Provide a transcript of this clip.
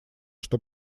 что